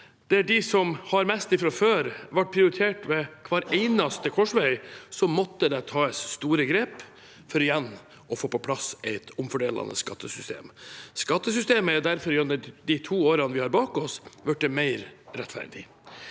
der de som har mest fra før, ble prioritert ved hver eneste korsvei, måtte det tas store grep for igjen å få på plass et omfordelende skattesystem. Skattesystemet er derfor gjennom de to årene vi har bak oss, blitt mer rettferdig.